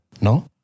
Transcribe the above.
No